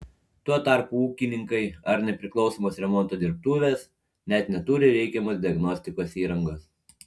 tuo tarpu ūkininkai ar nepriklausomos remonto dirbtuvės net neturi reikiamos diagnostikos įrangos